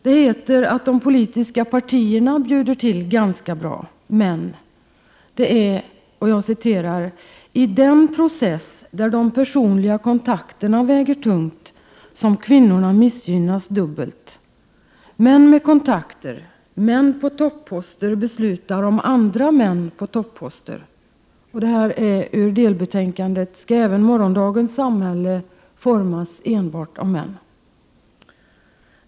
Det heter att de politiska partierna bjuder till ganska bra. Men det är i ”den process där de personliga kontakterna väger tungt” som ”kvinnorna missgynnas dubbelt”. ”Män med kontakter, män på topposter beslutar om andra män på topposter”. Detta är citat ur delbetänkandet Skall även morgondagens samhälle formas enbart av män.